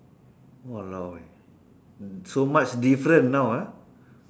!walao! eh so much different now ah